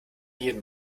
jedem